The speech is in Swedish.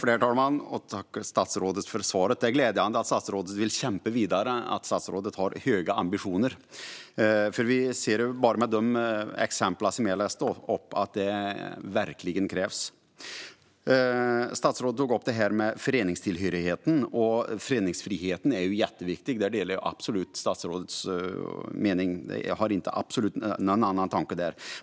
Herr talman! Tack, statsrådet, för svaret! Det är glädjande att statsrådet vill kämpa vidare och har höga ambitioner. De exempel jag läste upp visar nämligen att detta verkligen krävs. Statsrådet tog upp föreningstillhörighet. Föreningsfriheten är jätteviktig - där delar jag absolut statsrådets mening och har ingen annan tanke.